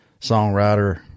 songwriter